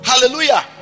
Hallelujah